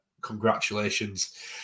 congratulations